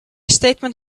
statement